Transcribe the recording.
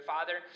Father